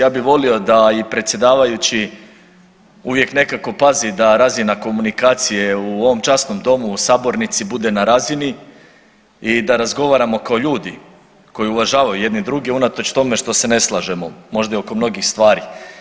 Ja bi volio da i predsjedavajući uvijek nekako pazi da razina komunikacije u ovom časnom domu u sabornici bude na razini i da razgovaramo kao ljudi koji uvažavaju jedni druge unatoč tome što se ne slažemo možda i oko mnogih stvari.